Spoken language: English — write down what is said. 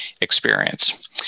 experience